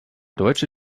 deutsche